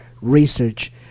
research